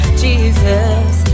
Jesus